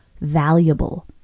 valuable